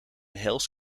hels